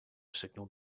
signal